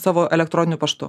savo elektroniniu paštu